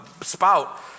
spout